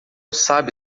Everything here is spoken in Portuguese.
sabe